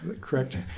Correct